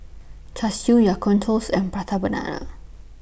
Char Siu Ya Kun Toast and Prata Banana